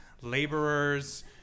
laborers